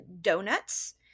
donuts